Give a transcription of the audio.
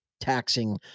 taxing